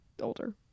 Older